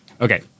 Okay